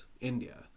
India